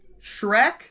Shrek